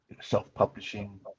self-publishing